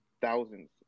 thousands